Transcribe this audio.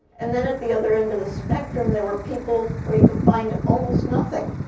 and then, at the other end of the spectrum, there were people where you could find almost nothing,